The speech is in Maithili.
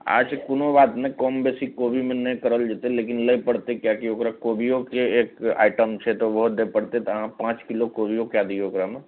अच्छा कोनो बात नहि कम बेसी कोबीमे नहि करल जएतै लेकिन लिए पड़तै किएकि ओकरा कोबिओके एक आइटम छै तऽ ओहो दै पड़तै तऽ अहाँ पाँच किलो कोबिओ कै दिऔ ओकरामे